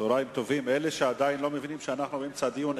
צהריים טובים לאלה שלא מבינים שאנחנו באמצע דיון,